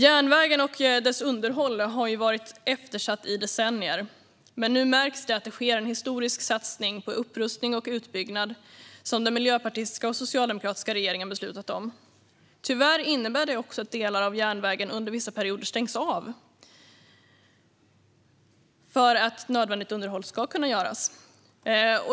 Järnvägen och dess underhåll har varit eftersatt i decennier, men nu märks det att det sker en historisk satsning på upprustning och utbyggnad, som den miljöpartistiska och socialdemokratiska regeringen beslutat om. Tyvärr innebär det också att delar av järnvägen under vissa perioder stängs av för att nödvändigt underhåll ska kunna göras.